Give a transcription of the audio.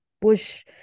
push